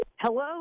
Hello